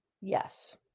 Yes